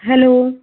hello